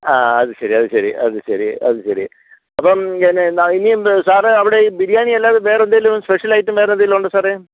ആ അത് ശരി അത് ശരി അത് ശരി അത് ശരി അപ്പം ഇനിയും സാറ് അവിടെ ഈ ബിരിയാണിയല്ലാതെ വേറെന്തെങ്കിലും സ്പെഷ്യൽ ഐറ്റം വേറെ എന്തേലുമുണ്ടോ സാറേ